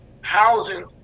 housing